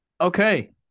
Okay